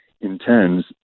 intends